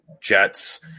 jets